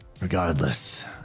regardless